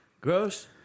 Gross